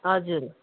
हजुर